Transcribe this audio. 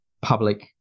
public